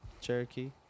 Cherokee